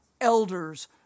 elders